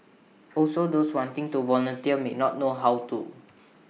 also those wanting to volunteer may not know how to